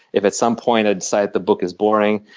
if at some point i decide the book is boring,